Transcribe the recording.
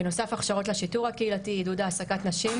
בנוסף, הכשרות לשיטור הקהילתי, עידוד העסקת נשים